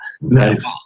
nice